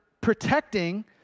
protecting